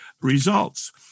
results